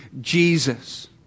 Jesus